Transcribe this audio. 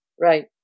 Right